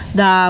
da